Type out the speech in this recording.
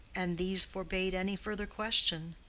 and these forbade any further question,